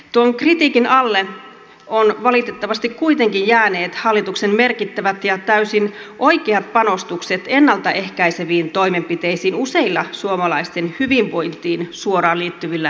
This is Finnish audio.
tuon kritiikin alle ovat valitettavasti kuitenkin jääneet hallituksen merkittävät ja täysin oikeat panostukset ennalta ehkäiseviin toimenpiteisiin useilla suomalaisten hyvinvointiin suoraan liittyvillä sektoreilla